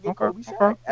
Okay